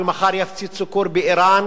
ומחר יפציצו כור באירן